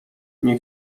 nie